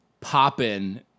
popping